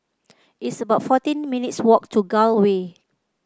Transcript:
it's about fourteen minutes' walk to Gul Way